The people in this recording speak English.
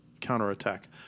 counterattack